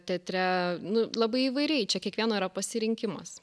teatre nu labai įvairiai čia kiekvieno yra pasirinkimas